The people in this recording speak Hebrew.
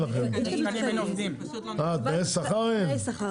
יש לנו, אין להם תנאי שכר.